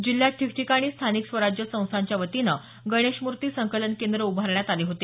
जिल्ह्यात ठिकठिकाणी स्थानिक स्वराज्य संस्थाच्या वतीनं गणेशमूर्ती संकलन केंद्र उभारण्यात आले होते